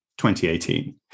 2018